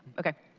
okay.